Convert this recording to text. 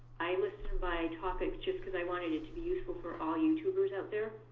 i list them by topics, just because i wanted it to be useful for all youtubers out there.